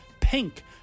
Pink